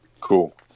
Cool